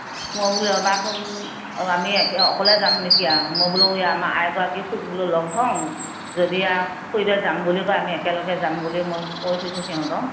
মই বোলো ৰ'বাচোন আমি এতিয়া অকলে যাম নিকি আৰু মই বোলো এয়া আমাৰ আই গৰাকীক বোলো লগ ধৰোঁ যদি আৰু খুইদেউ যাম বুলি কয় আমি একেলগে যাম বুলি মই কৈ থৈছোঁ সিহঁতক